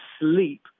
sleep